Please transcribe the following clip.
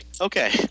Okay